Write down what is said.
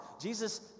Jesus